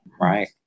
right